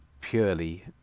purely